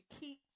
keep